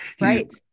right